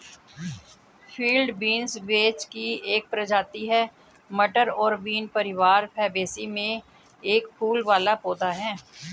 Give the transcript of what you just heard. field beans vetch की एक प्रजाति है, मटर और बीन परिवार फैबेसी में एक फूल वाला पौधा है